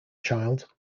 child